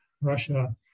Russia